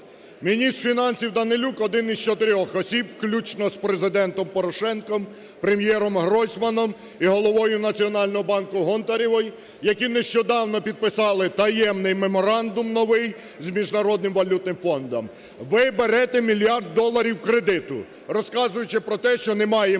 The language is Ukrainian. Міністр фінансів Данилюк – один із чотирьох осіб, включно з Президентом Порошенком, Прем'єром Гройсманом і головою Національного банку Гонтаревої, які нещодавно підписали таємний меморандум новий з Міжнародним валютним фондом. Ви берете мільярд доларів кредиту, розказуючи про те, що немає можливості